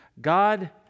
God